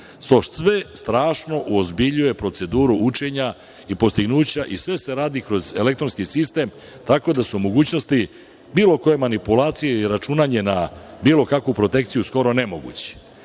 sve strašno uozbiljuje proceduru učenja i postignuća i sve se radi kroz elektronski sistem, tako da su mogućnosti bilo koje manipulacije i računanje na bilo kakvu protekciju skoro nemoguće. Mi